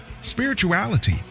spirituality